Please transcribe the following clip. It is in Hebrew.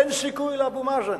אין סיכוי לאבו מאזן.